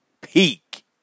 peak